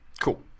Cool